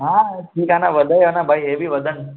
हा ठीकु आहे न वधियल आहे न भई इहे बि वधनि